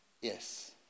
Yes